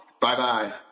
Bye-bye